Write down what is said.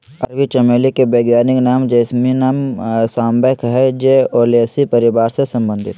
अरबी चमेली के वैज्ञानिक नाम जैस्मीनम सांबैक हइ जे ओलेसी परिवार से संबंधित हइ